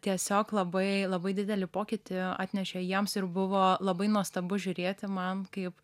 tiesiog labai labai didelį pokytį atnešė jiems ir buvo labai nuostabu žiūrėti man kaip